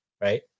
right